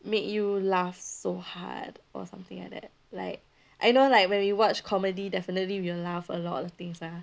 make you laugh so hard or something like that like I know like when we watch comedy definitely we'll laugh a lot of things lah